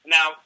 Now